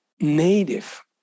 native